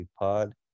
Pod